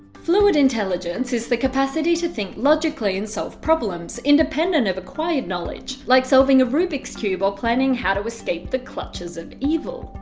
fluid intelligence is the capacity to think logically and solve problems, independent of acquired knowledge. like solving a rubix cube or planning how to escape the clutches of evil.